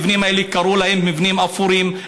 המבנים האלה, קראו להם מבנים אפורים.